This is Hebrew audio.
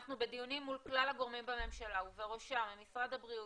אנחנו בדיונים מול כלל הגורמים בממשלה ובראשם עם משרד הבריאות,